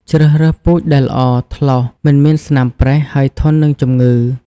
ជ្រើសរើសពូជដែលល្អ ថ្លោស មិនមានស្នាមប្រេះ ហើយធន់នឹងជំងឺ។